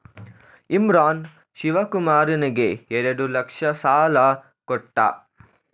ಇಮ್ರಾನ್ ಶಿವಕುಮಾರನಿಗೆ ಎರಡು ಲಕ್ಷ ಸಾಲ ಕೊಟ್ಟ